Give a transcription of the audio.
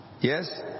yes